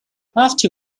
after